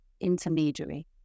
intermediary